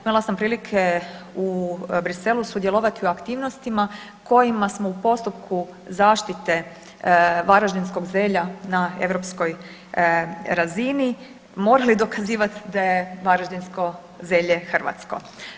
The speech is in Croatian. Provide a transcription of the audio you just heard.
Imala sam prilike u Bruxellesu sudjelovati u aktivnostima kojima smo u postupku zaštite varaždinskog zelja na europskoj razini morali dokazivati da je varaždinsko zelje hrvatsko.